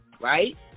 right